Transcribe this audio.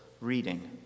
reading